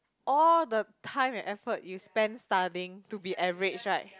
all the time and effort you spends studying to be average right